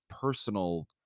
personal